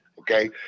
okay